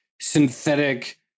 synthetic